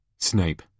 Snape